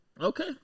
Okay